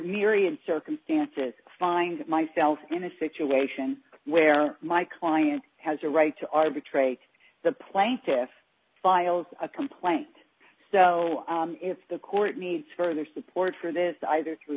myriad circumstances find myself in a situation where my client has a right to arbitrate the plaintiffs filed a complaint so if the court needs further support for this either through